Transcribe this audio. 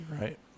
right